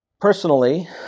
Personally